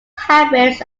habits